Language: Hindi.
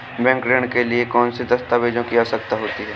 बैंक ऋण के लिए कौन से दस्तावेजों की आवश्यकता है?